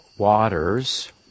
waters